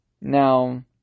Now